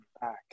back